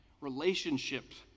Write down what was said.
Relationships